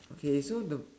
okay so the